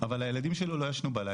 אבל הילדים שלו לא ישנו בלילה,